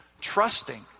Trusting